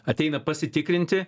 ateina pasitikrinti